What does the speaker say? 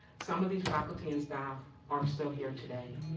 some of these faculty and staff are still here today.